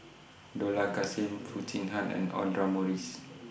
Dollah Kassim Foo Chee Han and Audra Morrice